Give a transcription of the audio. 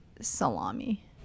salami